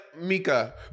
Mika